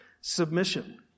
Submission